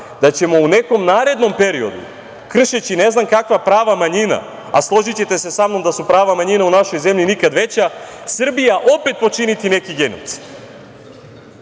da ćemo u nekom narednom periodu, kršeći ne znam kakva prava manjina, a složićete se sa mnom da su prava manjina u našoj zemlji nikada veća, Srbija opet počiniti neki genocid.Za